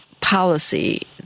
policy